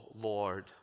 Lord